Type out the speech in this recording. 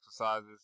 exercises